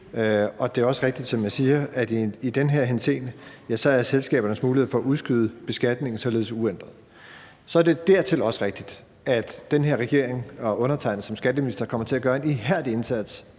Og det er også rigtigt, at i den her henseende er – som jeg siger – selskabernes mulighed for at udskyde beskatningen således uændret. Så er det dertil også rigtigt, at den her regering og undertegnede som skatteminister kommer til at gøre en ihærdig indsats